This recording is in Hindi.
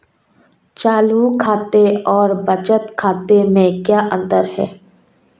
चालू खाते और बचत खाते में क्या अंतर है?